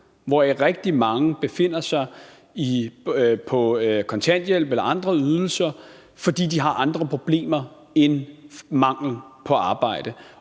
hvoraf rigtig mange befinder sig på kontanthjælp eller andre ydelser, fordi de har andre problemer end mangel på arbejde.